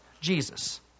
jesus